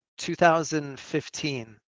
2015